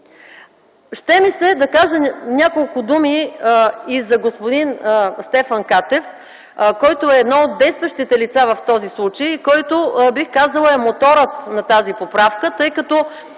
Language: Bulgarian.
Ще ми се да кажа няколко думи и за господин Стефан Катев, който е едно от действащите лица в този случай и който, бих казала, е моторът на тази поправка, тъй като